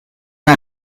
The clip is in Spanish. una